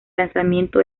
lanzamiento